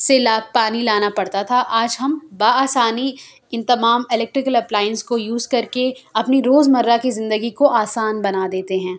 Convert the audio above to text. سے لا پانی لانا پڑتا تھا آج ہم بآسانی ان تمام الیکٹرک لپلائنز کو یوز کر کے اپنی روزمرہ کی زندگی کو آسان بنا دیتے ہیں